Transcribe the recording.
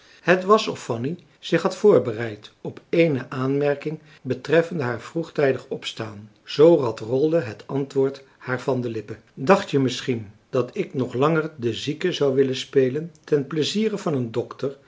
het was of fanny zich had voorbereid op eene aanmerking betreffende haar vroegtijdig opstaan zoo rad rolde het antwoord haar van de lippen dacht je misschien dat ik nog langer de zieke zou willen spelen ten pleziere van een dokter